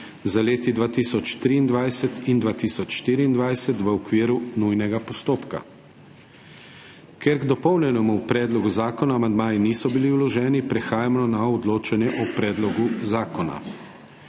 za leti 2023 in 2024 v okviru nujnega postopka.** Ker k dopolnjenemu predlogu zakona amandmaji niso bili vloženi, prehajamo na odločanje o predlogu zakona.